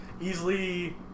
Easily